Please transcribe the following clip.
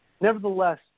Nevertheless